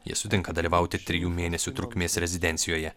jie sutinka dalyvauti trijų mėnesių trukmės rezidencijoje